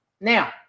Now